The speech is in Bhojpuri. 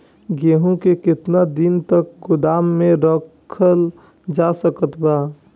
गेहूँ के केतना दिन तक गोदाम मे रखल जा सकत बा?